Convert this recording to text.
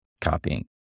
copying